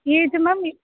age ma'am